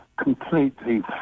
completely